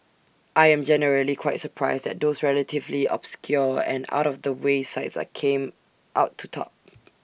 I am generally quite surprised that those relatively obscure and out of the way sites came out to top